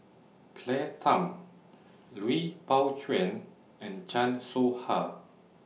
Claire Tham Lui Pao Chuen and Chan Soh Ha